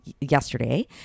yesterday